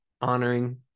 honoring